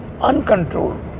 uncontrolled